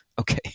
okay